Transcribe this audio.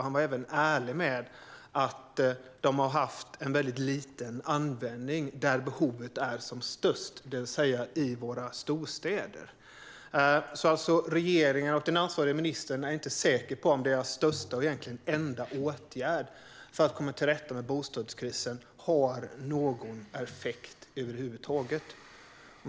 Han var även ärlig med att de har använts väldigt lite där behovet är som störst, det vill säga i våra storstäder. Regeringen och den ansvarige ministern är alltså inte säkra på om deras största och egentligen enda åtgärd för att komma till rätta med bostadskrisen har haft någon effekt över huvud taget.